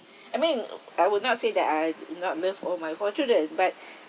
I mean I would not say that I do not love all my four children but